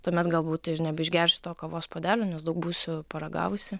tuomet galbūt ir nebeišgersiu to kavos puodelio nes daug būsiu paragavusi